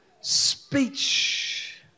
Speech